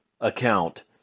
account